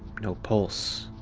no pulse.